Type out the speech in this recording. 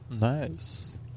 Nice